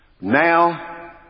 Now